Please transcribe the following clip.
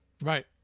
Right